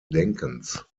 denkens